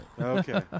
Okay